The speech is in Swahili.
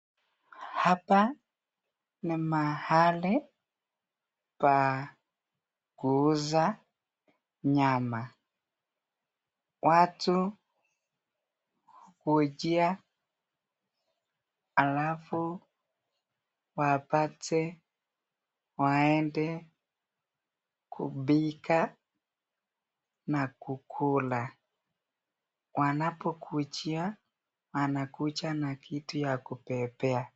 Hapa ni mahali pa kuuza nyama, watu ujia alafu wapate waende kupika na kukula, na wanapokujia wanakuja na kitu ya kubebea.